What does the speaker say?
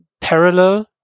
parallel